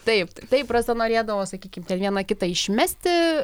taip taip rasa norėdavo sakykim ten vieną kitą išmesti